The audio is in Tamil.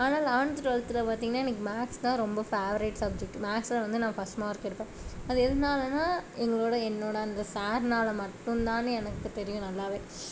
ஆனால் லெவென்த் டுவெல்தில் பார்த்தீங்னா எனக்கு மேத்ஸ் தான் ரொம்ப ஃபேவரைட் சப்ஜெக்ட் மேக்ஸில் வந்து நான் ஃபர்ஸ்ட் மார்க் எடுப்பேன் அது எதனாலென்னா எங்களோடய என்னோடய அந்த சார்னால் மட்டும்தான்னு எனக்கு தெரியும் நல்லாவே